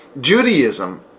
Judaism